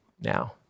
now